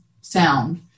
sound